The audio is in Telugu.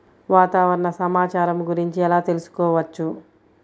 వాతావరణ సమాచారము గురించి ఎలా తెలుకుసుకోవచ్చు?